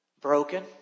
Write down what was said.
Broken